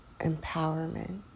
empowerment